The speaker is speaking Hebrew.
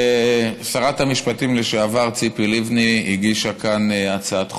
שרת המשפטים לשעבר ציפי לבני הגישה כאן הצעת חוק,